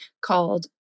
called